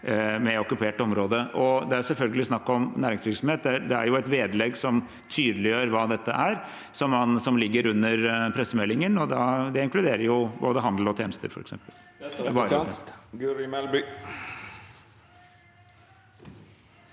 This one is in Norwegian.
med okkupert område. Det er selvfølgelig snakk om næringsvirksomhet. Det er et vedlegg som tydeliggjør hva dette er, som ligger under pressemeldingen, og det inkluderer både handel og tjenester.